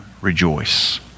rejoice